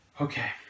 Okay